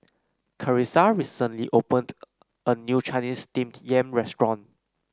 Carissa recently opened a new Chinese Steamed Yam restaurant